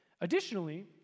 Additionally